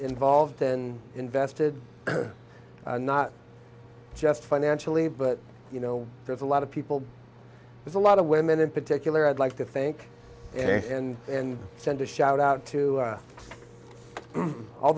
involved and invested not just financially but you know there's a lot of people there's a lot of women in particular i'd like to thank and and send a shout out to